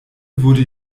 wurde